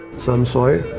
some soy.